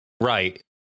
Right